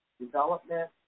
development